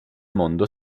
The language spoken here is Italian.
mondo